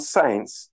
saints